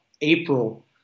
April